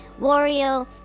Wario